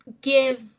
give